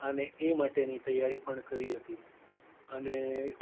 અને એ માટેની તૈયારી પણ કરી હતી અને